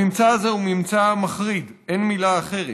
הממצא הזה הוא ממצא מחריד, אין מילה אחרת,